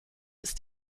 ist